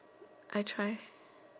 I try